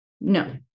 no